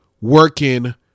working